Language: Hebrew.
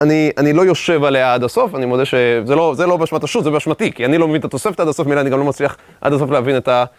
אני לא יושב עליה עד הסוף, אני מודה שזה לא באשמת השו"ת, זה באשמתי, כי אני לא מבין את התוספתא עד הסוף, מילא אני גם לא מצליח עד הסוף להבין את ה...